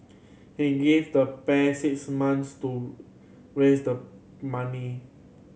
he gave the pair six months to raise the money